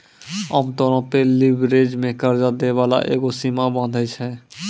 आमतौरो पे लीवरेज मे कर्जा दै बाला एगो सीमा बाँधै छै